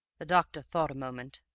the doctor thought a moment.